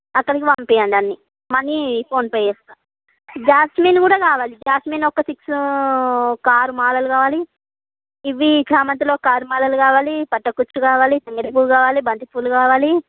అక్కడికి పంపెయ్యండి అన్ని మనీ ఫోన్పే చేస్తా జాస్మిన్ కూడా కావాలి జాస్మిన్ ఒక సిక్సు ఒక ఆరు మాలలు కావాలి ఇవి చామంతిలో ఒక ఆరు మాలలు కావాలి కట్ల కుచ్చు కావాలి తంగేడు పువ్వు కావాలి బంతి పువ్వులు కావాలి